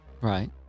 Right